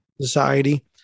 society